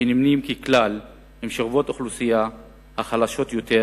שנמנים ככלל עם שכבות האוכלוסייה החלשות יותר,